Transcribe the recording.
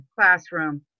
classroom